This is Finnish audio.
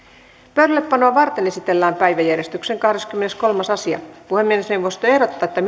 pöydällepanoa varten esitellään päiväjärjestyksen kahdeskymmeneskolmas asia puhemiesneuvosto ehdottaa että